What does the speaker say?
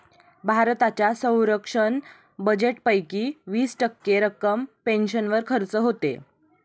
भारताच्या संरक्षण बजेटपैकी वीस टक्के रक्कम पेन्शनवर खर्च होते